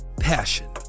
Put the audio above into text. Passion